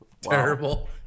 Terrible